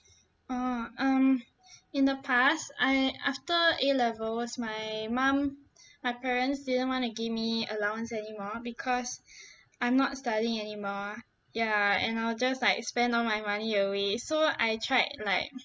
oh um in the past I after A levels my mum my parents didn't want to give me allowance anymore because I'm not studying anymore ya and I'll just like spend all my money away so I tried like